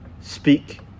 speak